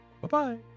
Bye-bye